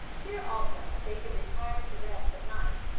here also they could retire to rest at night,